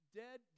dead